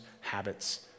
habits